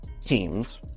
teams